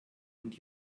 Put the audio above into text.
und